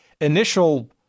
initial